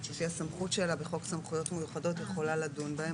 לפי הסמכות שלה בחוק סמכויות מיוחדות יכולה לדון בהן.